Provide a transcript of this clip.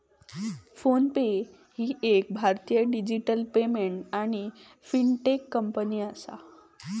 phone पे ही एक भारतीय डिजिटल पेमेंट आणि फिनटेक कंपनी आसा